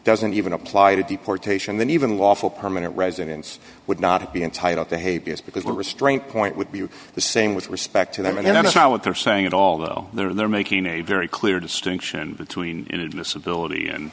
doesn't even apply to deportation then even lawful permanent residents would not be entitled to hate us because we're restraint point would be the same with respect to them and i don't know what they're saying at all though they're making a very clear distinction between inadmissibility